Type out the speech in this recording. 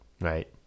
Right